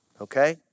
okay